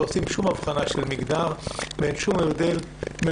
לא עושים שום הבחנה של מגדר ואין שום הבדל בין